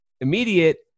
immediate